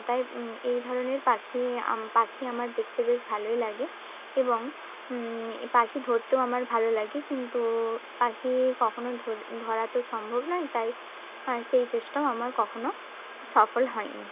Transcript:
তাই এই ধরনের পাখি পাখি আমার দেখতে বেশ ভালোই লাগে এবং পাখি ধরতেও আমার ভালো লাগে কিন্তু পাখি কখনও ধরা তো সম্ভব নয় তাই সেই চেষ্টাও আমার কখনও সফল হয় নি